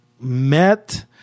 met